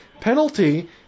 penalty